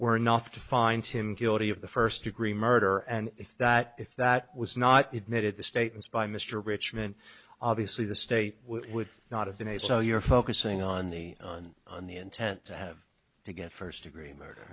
we're north to find him guilty of the first degree murder and if that if that was not the admitted the statements by mr richmond obviously the state would not have been a so you're focusing on the on the intent to have to get first degree murder